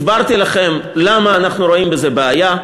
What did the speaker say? הסברתי לכם למה אנו רואים בזה בעיה,